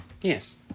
Yes